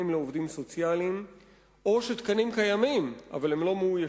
לעובדים סוציאליים או שתקנים קיימים אבל הם לא מאוישים.